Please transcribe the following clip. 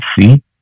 see